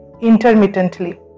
intermittently